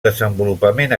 desenvolupament